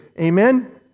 amen